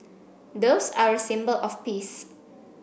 doves are a symbol of peace